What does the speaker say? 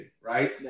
right